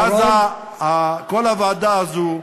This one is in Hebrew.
אז כל הוועדה הזאת,